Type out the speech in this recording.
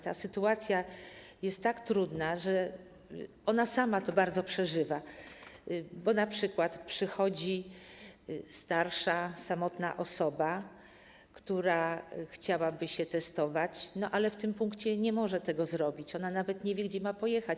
Ta sytuacja jest tak trudna, że ona sama to bardzo przeżywa, bo np. przychodzi starsza, samotna osoba, która chciałaby się testować, ale w tym punkcie nie może tego zrobić, nawet nie wie, gdzie ma pojechać.